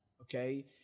okay